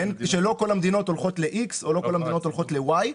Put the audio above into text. שלא כל המדינות הולכות לאיקס ולא כל המדינות הולכות ל-ווי.